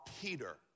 Peter